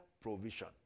provision